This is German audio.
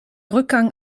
rückgang